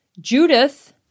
Judith